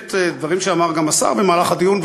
באמת דברים שאמר גם השר במהלך הדיון,